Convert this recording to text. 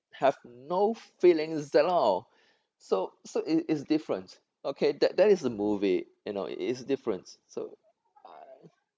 have no feelings at all so so it it's different okay that that is a movie you know it's different so